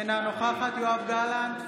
אינה נוכחת יואב גלנט,